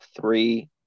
three